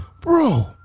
Bro